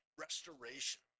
restoration